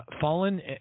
fallen